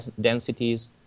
densities